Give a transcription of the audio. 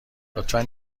لطفا